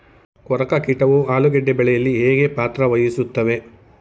ಕೊರಕ ಕೀಟವು ಆಲೂಗೆಡ್ಡೆ ಬೆಳೆಯಲ್ಲಿ ಹೇಗೆ ಪಾತ್ರ ವಹಿಸುತ್ತವೆ?